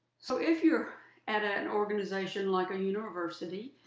so if you're at an organization like a university,